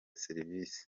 serivisi